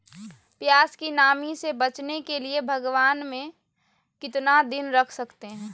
प्यास की नामी से बचने के लिए भगवान में कितना दिन रख सकते हैं?